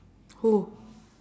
who